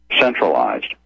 centralized